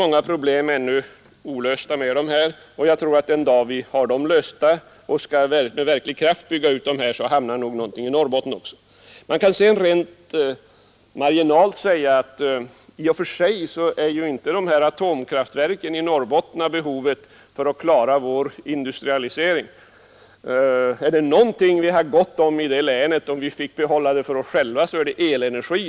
Många problem är ännu olösta, men jag tror att den dag vi har löst dem och verkligen skall sätta in våra resurser på att bygga ut kärnkraftverken, då hamnar någonting i Norrbotten också. Rent marginellt kan jag säga att i och för sig är inte några atomkraftverk i Norrbotten av behovet för att vi där skall klara vår industrialisering. Är det någonting vi har gott om i det länet — om vi fick behålla det för oss själva — är det ju elenergi.